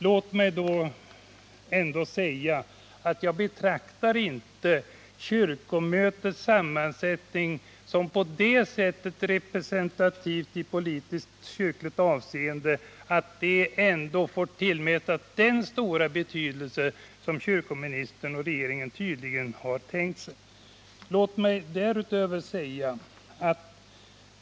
Låt mig ändå säga Nr 34 att jag inte betraktar kyrkomötets sammansättning som på det sättet representativ i politiskt-kyrkligt avseende att det får tillmätas den stora betydelse som kyrkoministern och regeringen tydligen har tänkt sig.